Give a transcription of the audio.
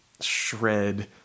shred